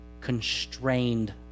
constrained